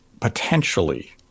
potentially